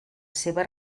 seva